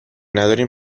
ندارین